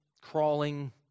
crawling